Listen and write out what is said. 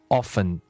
often